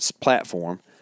platform